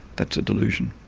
that's a delusion.